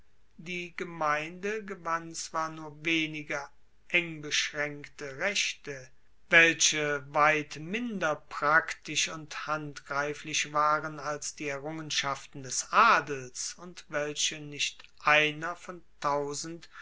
die gemeinde gewann zwar nur wenige engbeschraenkte rechte welche weit minder praktisch und handgreiflich waren als die errungenschaften des adels und welche nicht einer von tausend